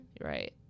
Right